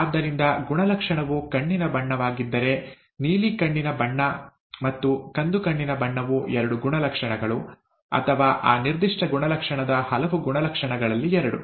ಆದ್ದರಿಂದ ಗುಣಲಕ್ಷಣವು ಕಣ್ಣಿನ ಬಣ್ಣವಾಗಿದ್ದರೆ ನೀಲಿ ಕಣ್ಣಿನ ಬಣ್ಣ ಮತ್ತು ಕಂದು ಕಣ್ಣಿನ ಬಣ್ಣವು ಎರಡು ಗುಣಲಕ್ಷಣಗಳು ಅಥವಾ ಆ ನಿರ್ದಿಷ್ಟ ಗುಣಲಕ್ಷಣದ ಹಲವು ಗುಣಲಕ್ಷಣಗಳಲ್ಲಿ ಎರಡು